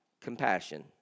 compassion